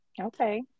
Okay